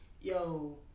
yo